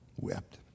wept